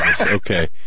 Okay